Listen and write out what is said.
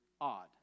odd